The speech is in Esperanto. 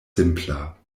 simpla